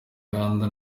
kandi